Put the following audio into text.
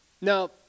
Now